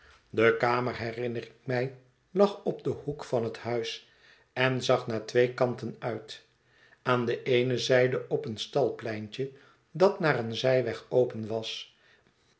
de kamer herinner ik mij lag op den hoek van het huis en zag naar twee kanten uit aan de eene zijde op een stalpleintje dat naar een zijweg open was